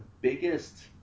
biggest –